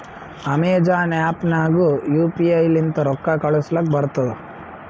Amazon app ನಾಗ್ನು U P I ಲಿಂತ ರೊಕ್ಕಾ ಕಳೂಸಲಕ್ ಬರ್ತುದ್